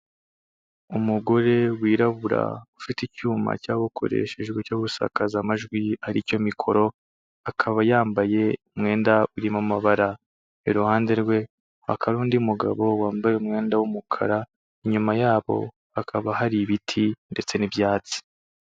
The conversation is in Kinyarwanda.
Umugore wirabura ufite icyuma cyakoreshejwe cyo gusakaza amajwi aricyo mikoro akaba yambaye umwenda urimo amabara iruhande rwe hakaba undi mugabo wambaye umwenda w'umukara inyuma yabo hakaba hari ibiti ndetse n'ibyatsi.